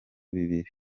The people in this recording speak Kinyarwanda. bibiri